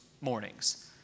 mornings